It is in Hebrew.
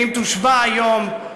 ואם תושבע היום,